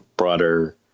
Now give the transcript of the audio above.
broader